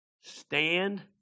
Stand